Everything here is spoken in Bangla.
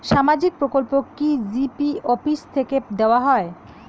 সামাজিক প্রকল্প কি জি.পি অফিস থেকে দেওয়া হয়?